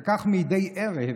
וכך, מדי ערב,